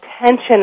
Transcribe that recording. attention